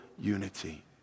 unity